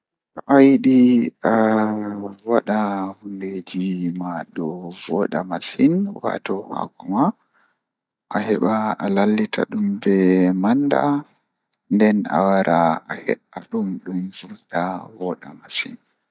Sawra jeimi meedi hebugo kanjum woni haala jei dadiraawo am meedi sawrugo am, O sawri am haala jogugo amana dow to goddo hokki am amana taami nyama amana goddo mi hakkila be amana bo masin.